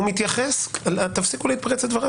יתייחס גם לדברים שאתה אמרת,